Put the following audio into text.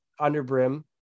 underbrim